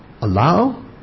allow